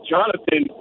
Jonathan